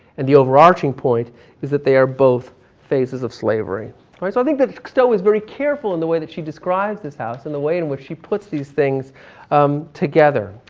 and the over arching point is that they are both phases of slavery. all right, so i think that stowe was very careful in the way that she describes this house and the way in which she puts these things um together.